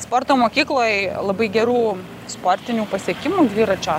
sporto mokykloj labai gerų sportinių pasiekimų dviračio